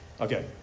Okay